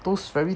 those very